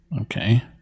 Okay